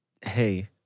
Hey